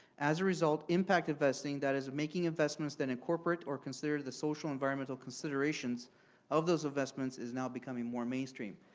as a result, impact investing, that is, making investments that incorporate or consider the social and environmental considerations of those investments is now becoming more mainstream.